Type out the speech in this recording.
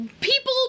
People